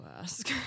ask